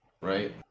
right